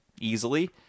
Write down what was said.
easily